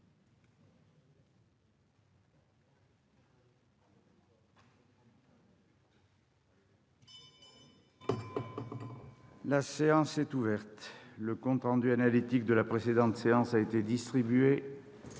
La séance est ouverte. Le compte rendu analytique de la précédente séance a été distribué.